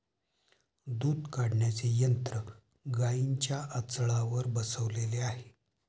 दूध काढण्याचे यंत्र गाईंच्या आचळावर बसवलेले आहे